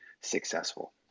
successful